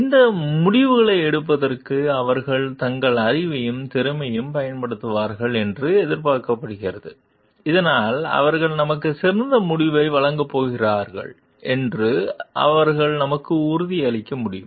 இந்த முடிவுகளை எடுப்பதற்கு அவர்கள் தங்கள் அறிவையும் திறமையையும் பயன்படுத்துவார்கள் என்று எதிர்பார்க்கப்படுகிறது இதனால் அவர்கள் நமக்கு சிறந்த முடிவை வழங்கப் போகிறார்கள் என்று அவர்கள் நமக்கு உறுதியளிக்க முடியும்